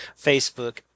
Facebook